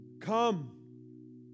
Come